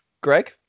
Greg